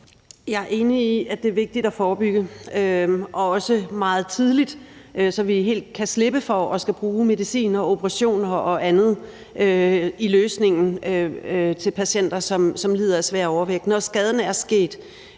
Jeg er enig i, at det er vigtigt at forebygge og også at gøre det meget tidligt, så vi helt kan slippe for at skulle bruge medicin, operationer og andet i løsningen til patienter, som lider af svær overvægt.